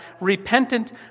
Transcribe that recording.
repentant